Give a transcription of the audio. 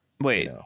wait